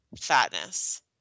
fatness